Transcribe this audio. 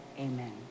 Amen